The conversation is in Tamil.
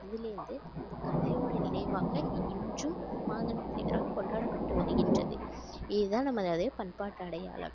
அதுலேருந்து இந்த கதையோடய நினைவாக இன்றும் மாங்கனி திருவிழா கொண்டாடப்பட்டு வருகின்றது இதுதான் நம்மளோடய பண்பாட்டு அடையாளம்